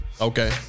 Okay